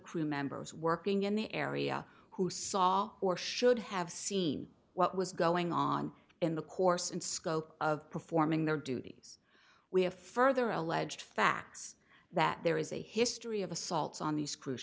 crew members working in the area who saw or should have seen what was going on in the course and scope of performing their duties we have further alleged facts that there is a history of assaults on these cruise